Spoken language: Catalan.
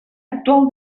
actual